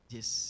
Yes